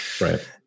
Right